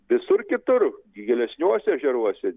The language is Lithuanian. visur kitur gilesniuose ežeruose